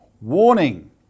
warning